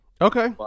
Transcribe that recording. okay